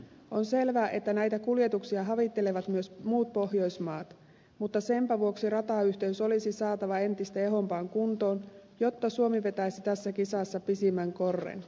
on selvää että näitä kuljetuksia havittelevat myös muut pohjoismaat mutta senpä vuoksi ratayhteys olisi saatava entistä ehompaan kuntoon jotta suomi vetäisi tässä kisassa pisimmän korren